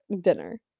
dinner